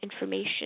information